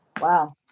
Wow